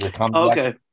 Okay